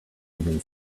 even